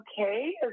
okay